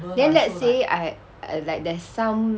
then let's say I I like there's some